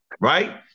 right